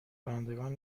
کنندگان